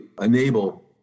enable